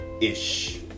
ish